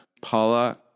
Paula